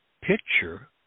picture